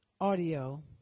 Audio